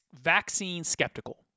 vaccine-skeptical